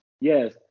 Yes